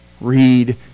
Read